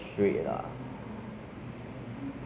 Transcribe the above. your your eyeballs will turn red